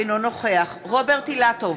אינו נוכח רוברט אילטוב,